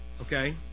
Okay